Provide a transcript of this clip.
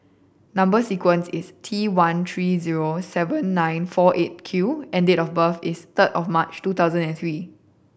number sequence is T one three zero seven nine four Eight Q and date of birth is third of March two thousand and three